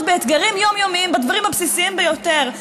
באתגרים יומיומיים בדברים הבסיסיים ביותר.